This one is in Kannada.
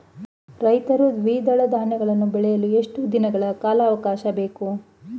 ರೈತರು ದ್ವಿದಳ ಧಾನ್ಯಗಳನ್ನು ಬೆಳೆಯಲು ಎಷ್ಟು ದಿನಗಳ ಕಾಲಾವಾಕಾಶ ಬೇಕು?